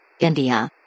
India